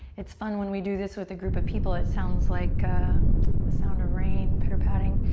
it's fun when we do this with a group of people. it sounds like the sound of rain pitter-patting.